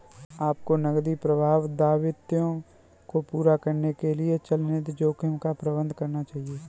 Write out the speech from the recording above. आपको नकदी प्रवाह के दायित्वों को पूरा करने के लिए चलनिधि जोखिम का प्रबंधन करना चाहिए